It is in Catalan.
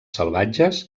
salvatges